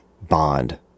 bond